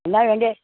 എന്താണ് വേണ്ടത്